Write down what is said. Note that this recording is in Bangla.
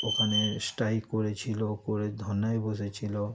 ওখানে স্ট্রাইক করেছিল করে ধর্নায় বসেছিল